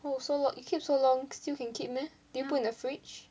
oh so long you keep so long still can keep meh do you put in the fridge